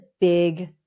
big